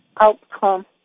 outcome